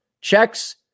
checks